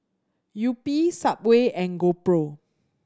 Yupi Subway and GoPro